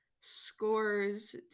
scores